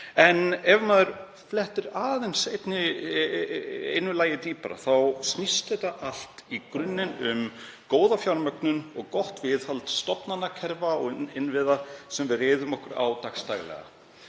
En ef maður flettir einu lagi dýpra þá snýst þetta allt í grunninn um góða fjármögnun og gott viðhald stofnanakerfa og innviða sem við reiðum okkur á daglega,